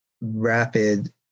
rapid